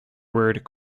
word